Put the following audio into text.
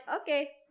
Okay